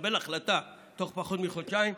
לקבל החלטה בתוך פחות מחודשיים,